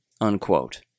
unquote